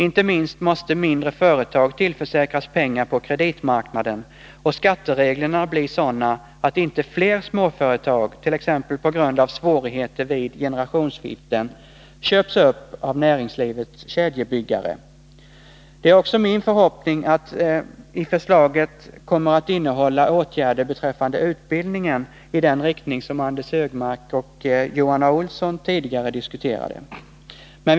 Inte minst måste mindre företag tillförsäkras pengar på kreditmarknaden och skattereglerna bli sådana att inte fler småföretag, t.ex. på grund av svårigheter vid generationsskiften, köps upp av näringslivets kedjebyggare. Det är också min förhoppning att regeringsförslaget kommer att innehålla åtgärder beträffande utbildningen i den riktning som Anders Högmark och Johan Olsson tidigare diskuterade.